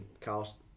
cost